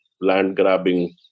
land-grabbing